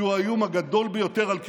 שהוא האיום הגדול ביותר על קיומנו.